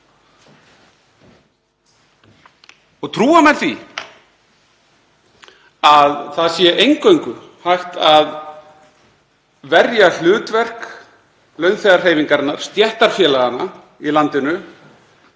Trúa menn því að það sé eingöngu hægt að verja hlutverk launþegahreyfingarinnar, stéttarfélaganna í landinu,